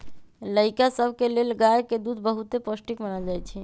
लइका सभके लेल गाय के दूध बहुते पौष्टिक मानल जाइ छइ